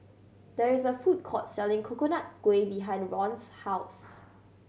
there is a food court selling Coconut Kuih behind Ron's house